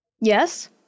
Yes